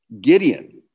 Gideon